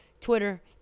Twitter